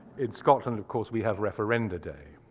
in scotland, of course, we have referenda day.